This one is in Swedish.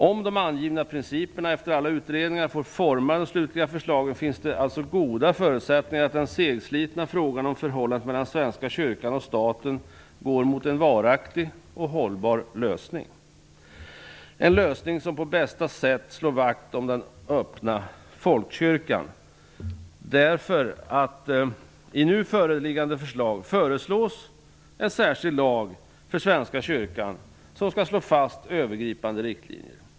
Om de angivna principerna efter alla utredningar får forma de slutliga förslagen finns det alltså goda förutsättningar att den segslitna frågan om förhållandet mellan Svenska kyrkan och staten går mot en varaktig och hållbar lösning, en lösning som på bästa sätt slår vakt om den öppna folkkyrkan. I nu föreliggande förslag föreslås en särskild lag för Svenska kyrkan som skall slå fast övergripande riktlinjer.